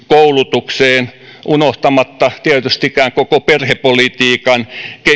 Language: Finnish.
koulutukseen unohtamatta tietystikään koko perhepolitiikan